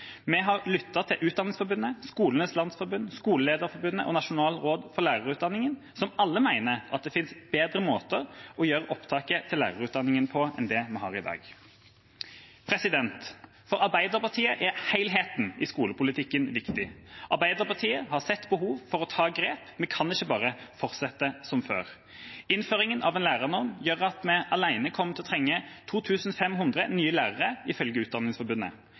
Vi har lyttet til Utdanningsforbundet, Skolenes landsforbund, Skolelederforbundet og Nasjonalt råd for lærerutdanningen, som alle mener at det finnes bedre måter å gjøre opptaket til lærerutdanningen på enn det vi har i dag. For Arbeiderpartiet er helheten i skolepolitikken viktig. Arbeiderpartiet har sett behov for å ta grep, vi kan ikke bare fortsette som før. Innføringen av en lærernorm gjør alene at vi kommer til å trenge 2 500 nye lærere, ifølge Utdanningsforbundet.